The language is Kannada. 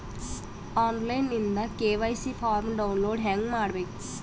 ಆನ್ ಲೈನ್ ದಿಂದ ಕೆ.ವೈ.ಸಿ ಫಾರಂ ಡೌನ್ಲೋಡ್ ಹೇಂಗ ಮಾಡಬೇಕು?